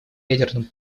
ядерным